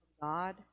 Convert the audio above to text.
God